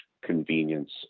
convenience